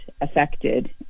affected